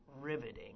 riveting